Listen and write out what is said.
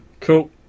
Cool